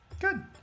Good